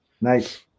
Nice